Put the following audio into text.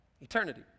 Eternity